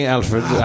Alfred